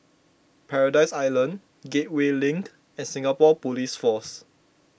Paradise Island Gateway Link and Singapore Police Force